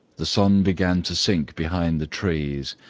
the sun began to sink behind the trees,